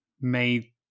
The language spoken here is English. made